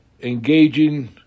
engaging